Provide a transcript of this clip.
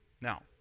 Now